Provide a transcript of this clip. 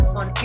on